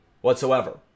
whatsoever